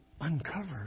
uncovered